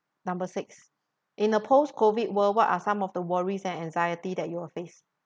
number six in a post COVID world what are some of the worries and anxiety that you will face